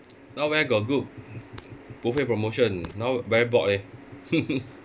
now where got good buffet promotion now very bored eh